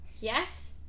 Yes